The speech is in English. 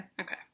Okay